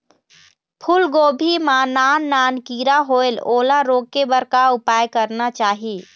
फूलगोभी मां नान नान किरा होयेल ओला रोके बर का उपाय करना चाही?